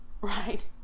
Right